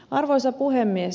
arvoisa puhemies